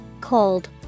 cold